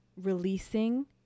releasing